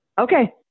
Okay